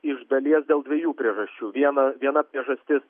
iš dalies dėl dviejų priežasčių viena viena priežastis